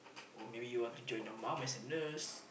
or maybe you want to join your mum as a nurse